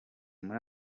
muri